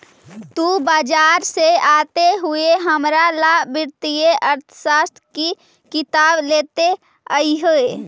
तु बाजार से आते हुए हमारा ला वित्तीय अर्थशास्त्र की किताब लेते अइहे